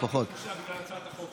בגלל הצעת החוק,